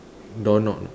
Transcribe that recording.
door knob